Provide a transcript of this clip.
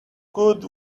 good